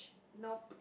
nope